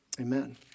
Amen